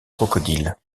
crocodiles